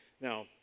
Now